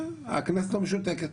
הכנסת לא משותקת.